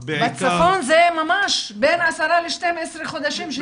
בצפון זה בין 10 ל-12 חודשים.